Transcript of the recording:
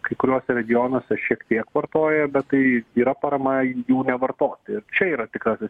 kai kuriuose regionuose šiek tiek vartoja bet tai yra parama jų nevartoti čia yra tikrasis